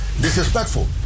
disrespectful